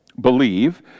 believe